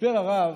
סיפר הרב